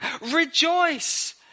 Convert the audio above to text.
Rejoice